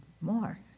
more